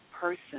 person